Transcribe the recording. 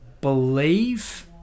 believe